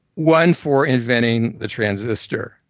one for inventing the transistor.